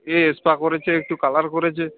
এ spa করেছে একটু colour করেছে